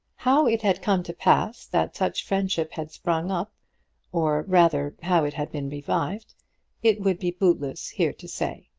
how it had come to pass that such friendship had sprung up or rather how it had been revived it would be bootless here to say.